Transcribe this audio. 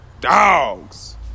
dogs